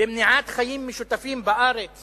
במניעת חיים משותפים בארץ